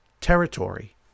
Territory